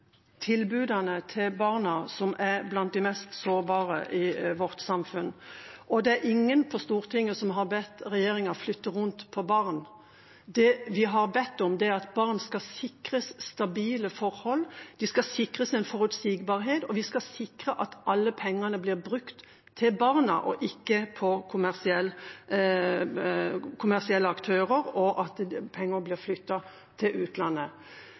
tilbudene til de barna som er blant de mest sårbare i vårt samfunn. Det er ingen på Stortinget som har bedt regjeringa flytte rundt på barn. Det vi har bedt om, er at barn skal sikres stabile forhold. De skal sikres forutsigbarhet, og vi skal sikre at alle pengene blir brukt på barna og ikke på kommersielle aktører eller at pengene blir flyttet til utlandet.